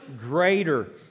greater